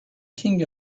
king